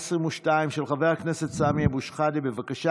גם מחזור הבקבוקים,